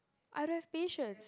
I don't have patience